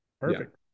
perfect